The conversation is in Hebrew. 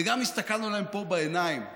וגם הסתכלנו להם פה בעיניים ואמרנו: